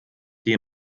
die